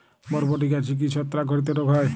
বরবটি গাছে কি ছত্রাক ঘটিত রোগ হয়?